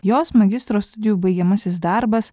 jos magistro studijų baigiamasis darbas